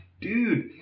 Dude